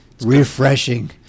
Refreshing